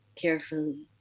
carefully